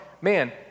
man